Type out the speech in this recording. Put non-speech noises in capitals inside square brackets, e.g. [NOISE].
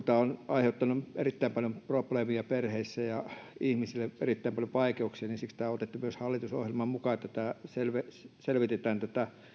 [UNINTELLIGIBLE] tämä on aiheuttanut erittäin paljon probleemia perheissä ja ihmisille erittäin paljon vaikeuksia ja siksi on otettu myös hallitusohjelmaan mukaan että selvitetään tätä